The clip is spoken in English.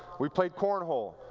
we played cornhole.